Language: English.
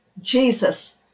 Jesus